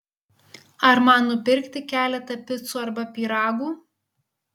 ar man nupirkti keletą picų arba pyragų